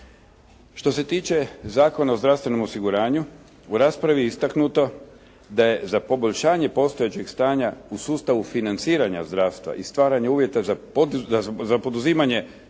Što se tiče Zakona o zdravstvenog osiguranju u raspravi je istaknuto da je za poboljšanje postojećeg stanja u sustavu financiranja zdravstva i stvaranja uvjeta za poduzimanje